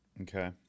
Okay